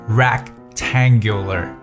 rectangular